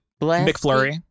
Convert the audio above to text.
McFlurry